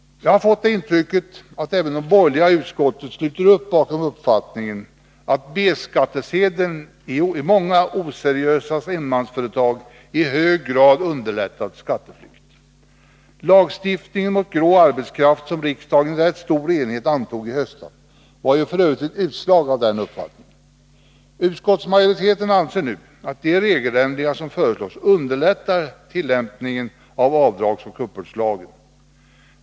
Jag har fått det intrycket att även de borgerliga i utskottet sluter upp bakom uppfattningen att B-skattesedeln i många oseriösa enmansföretag i hög grad underlättat skatteflykt. Lagstiftningen mot grå arbetskraft som riksdagen i rätt stor enighet antog i höstas var ju f. ö. ett utslag av denna uppfattning. Utskottsmajoriteten anser nu att de regeländringar som föreslås underlättar tillämpningen av avdragsoch uppbördslagen.